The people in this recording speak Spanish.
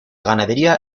ganadería